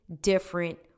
different